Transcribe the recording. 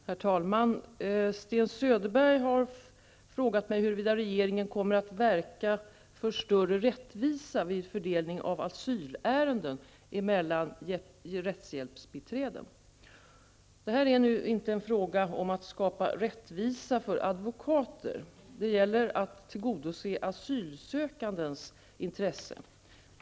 Herr talman! Sten Söderberg har frågat mig huruvida regeringen kommer att verka för större rättvisa vid fördelningen av asylärenden mellan rättshjälpsbiträden. Det är här inte fråga om att skapa rättvisa för advokater. Det gäller att tillgodose asylsökandens intresse.